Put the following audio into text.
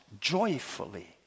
joyfully